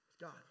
God